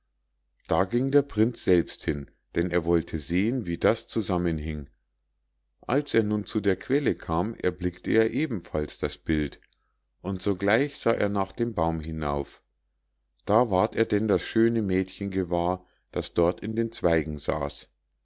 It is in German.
da ging der prinz selbst hin denn er wollte sehen wie das zusammenhing als er nun zu der quelle kam erblickte er ebenfalls das bild und sogleich sah er nach dem baum hinauf da ward er denn das schöne mädchen gewahr das dort in den zweigen saß